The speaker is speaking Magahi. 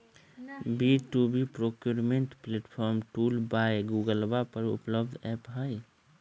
B two B procurement platform tool by गूगलवा पर उपलब्ध ऐप हई